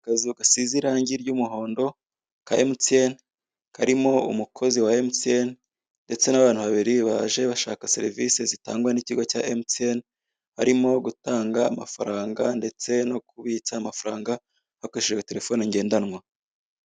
Akazu gasize irange ry'umuhondo ka emutiyeni karimo umukozi wa emutiyeni ndetse n'abantu babiri baje bashaka serivise zitangwa n'ikigo cya emutiyeni barimo gutanga amafaranga ndetse no kubitsa amafaranga bakoresheje terefone ngendanwa.